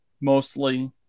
mostly